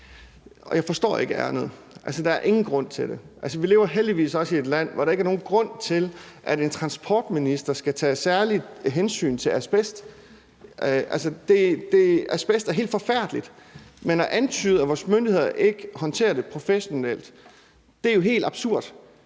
Jeg forstår ikke ærindet; der er ingen grund til det. Vi lever heldigvis også i et land, hvor der ikke er nogen grund til, at en transportminister skal tage særlige hensyn til asbest. Asbest er helt forfærdeligt, men at antyde, at vores myndigheder ikke håndterer det professionelt, er jo helt absurd,